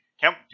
Count